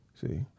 See